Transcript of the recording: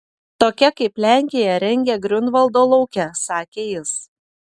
tokia kaip lenkija rengia griunvaldo lauke sakė jis